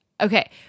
Okay